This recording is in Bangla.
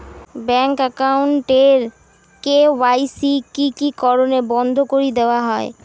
ব্যাংক একাউন্ট এর কে.ওয়াই.সি কি কি কারণে বন্ধ করি দেওয়া হয়?